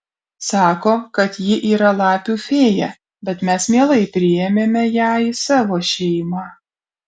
sako kad ji yra lapių fėja bet mes mielai priėmėme ją į savo šeimą